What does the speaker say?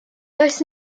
does